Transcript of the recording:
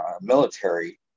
military